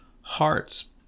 hearts